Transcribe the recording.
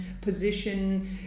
position